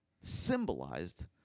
symbolized